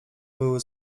były